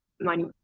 money